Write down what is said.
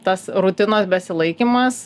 tas rutinos besilaikymas